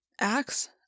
Axe